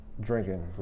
drinking